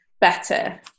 better